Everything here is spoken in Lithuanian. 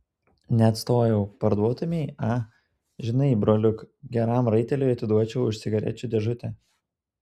neatstojau parduotumei a žinai broliuk geram raiteliui atiduočiau už cigarečių dėžutę